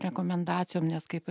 rekomendacijom nes kaip ir